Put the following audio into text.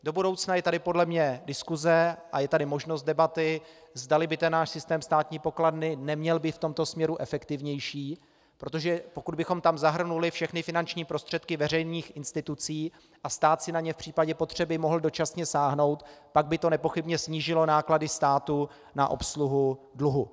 Do budoucna je tady podle mě diskuse a je tady možnost debaty, zdali by náš systém státní pokladny neměl být v tomto směru efektivnější, protože pokud bychom tam zahrnuli všechny finanční prostředky veřejných institucí a stát si na ně v případě potřeby mohl dočasně sáhnout, pak by to nepochybně snížilo náklady státu na obsluhu dluhu.